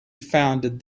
founded